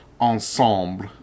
Ensemble